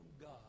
God